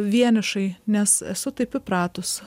vienišai nes esu taip įpratus